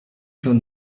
się